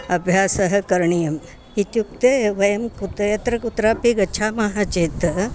अभ्यासं करणीयम् इत्युक्ते वयं कुतः यत्र कुत्रापि गच्छामः चेत्